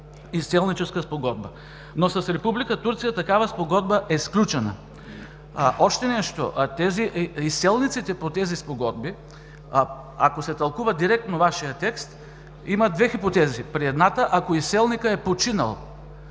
изселническа спогодба“! Но с Република Турция такава спогодба е сключена. Още нещо. Изселниците по тези спогодби, ако се тълкува директно Вашият текст, имат две хипотези. При едната – ако изселникът е починал